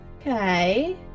Okay